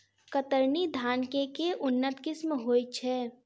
कतरनी धान केँ के उन्नत किसिम होइ छैय?